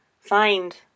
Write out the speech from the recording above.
find